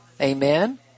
Amen